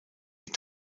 die